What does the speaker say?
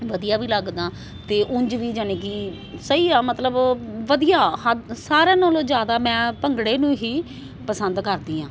ਵਧੀਆ ਵੀ ਲੱਗਦਾ ਅਤੇ ਉਂਝ ਵੀ ਯਾਨੀ ਕਿ ਸਹੀ ਆ ਮਤਲਬ ਵਧੀਆ ਹੱ ਸਾਰਿਆਂ ਨਾਲੋਂ ਜ਼ਿਆਦਾ ਮੈਂ ਭੰਗੜੇ ਨੂੰ ਹੀ ਪਸੰਦ ਕਰਦੀ ਹਾਂ